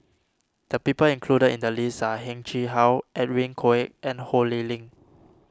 the people included in the list are Heng Chee How Edwin Koek and Ho Lee Ling